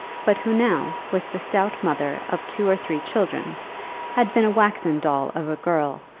but who now was the stout mother of two or three children had been a waxen doll of a girl,